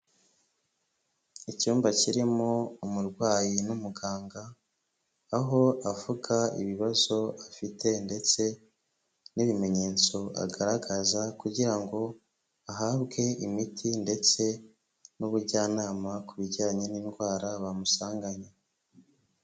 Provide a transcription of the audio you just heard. Icyumba kirimo umurwayi n'umuganga, aho avuga ibibazo afite ndetse n'ibimenyetso agaragaza kugira ngo ahabwe imiti ndetse n'ubujyanama ku bijyanye n'indwara bamusanganye.